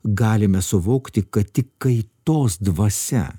galime suvokti kad tik kaitos dvasia